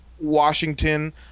Washington